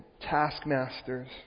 taskmasters